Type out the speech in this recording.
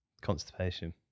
Constipation